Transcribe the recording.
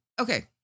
okay